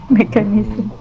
mechanism